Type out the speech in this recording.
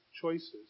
choices